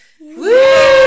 Woo